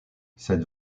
cette